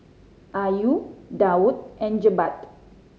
Ayu Daud and Jebat